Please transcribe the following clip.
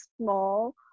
small